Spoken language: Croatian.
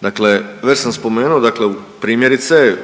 Dakle već sam spomenuo dakle primjerice